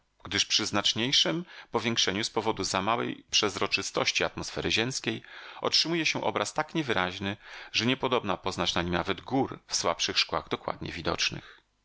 gdyż przy znaczniejszem powiększeniu z powodu za małej przezroczystości atmosfery ziemskiej otrzymuje się obraz tak niewyraźny że niepodobna poznać na nim nawet gór w słabszych szkłach dokładnie widocznych